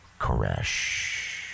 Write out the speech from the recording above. Koresh